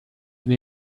been